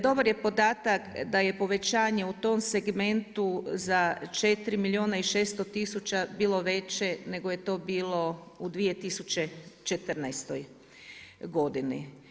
Dobar je podatak da je povećanje u tom segmentu za 4 milijuna i 600 tisuća bilo veće nego je to bilo u 2014. godini.